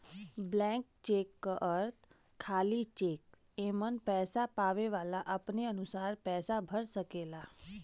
blank cheque क अर्थ खाली चेक एमन पैसा पावे वाला अपने अनुसार पैसा भर सकेला